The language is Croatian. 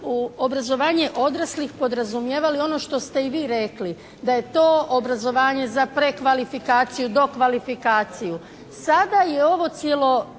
u obrazovanje odraslih podrazumijevali ono što ste i vi rekli, da je to obrazovanje za prekvalifikaciju, dokvalifikaciju. Sada je ovo cjeloživotno